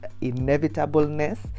inevitableness